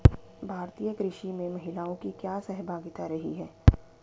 भारतीय कृषि में महिलाओं की क्या सहभागिता रही है?